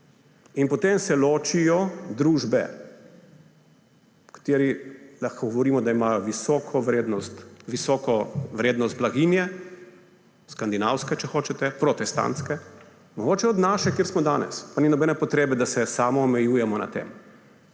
In potem se ločijo družbe, o katerih lahko govorimo, da imajo visoko vrednost, visoko vrednost blaginje, skandinavske, če hočete, protestantske, mogoče od naše, kjer smo danes, pa ni nobene potrebe, da se samoomejujejo na tem.